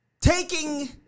taking